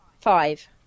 five